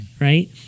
right